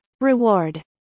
Reward